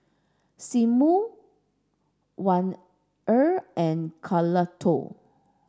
Sigmund and Carlotta